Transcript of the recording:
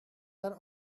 are